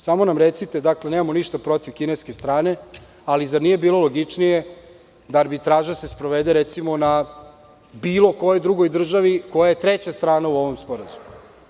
Samo nam recite, nemamo ništa protiv kineske strane, ali zar nije bilo logičnije da se arbitraža sprovede, recimo, na bilo kojoj državi koja je treća strana u ovom sporazumu?